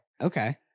Okay